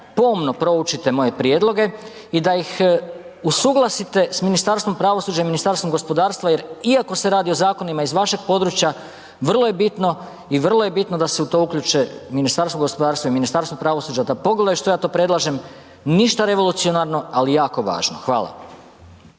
pomno proučite moje prijedloge i da ih usuglasite s Ministarstvom pravosuđa i Ministarstvom gospodarstva jer iako se radi o zakonima iz vašeg područja vrlo je bitno i vrlo je bitno da se u to uključe Ministarstvo gospodarstva i Ministarstvo pravosuđa da pogledaju što ja to predlažem. Ništa revolucionarno, ali jako važno. Hvala.